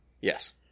Yes